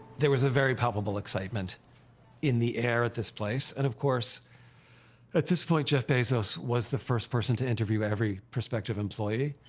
there was a very palpable excitement in the air at this place, and of course at this point jeff bezos was the first person to interview every prospective employee.